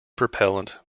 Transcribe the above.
propellant